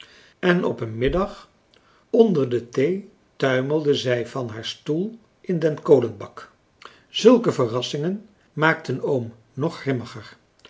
en op een middag onder de thee tuimelde zij van haar stoel in den kolenbak zulke verrassingen maakten oom nog grimmiger